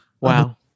Wow